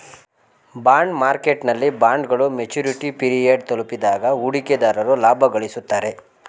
bond ಮಾರ್ಕೆಟ್ನಲ್ಲಿ ಬಾಂಡ್ಗಳು maturity period ತಲುಪಿದಾಗ ಹೂಡಿಕೆದಾರರು ಲಾಭ ಗಳಿಸುತ್ತಾರೆ